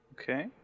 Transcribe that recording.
Okay